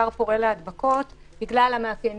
כר פורה להדבקות בגלל המאפיינים